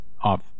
off